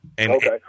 Okay